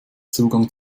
zugang